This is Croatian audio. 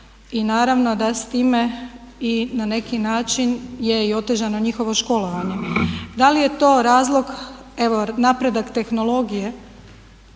i naravno da s time i na neki način je i otežano njihovo školovanje. Da li je to razlog, evo napredak tehnologije.